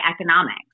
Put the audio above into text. economics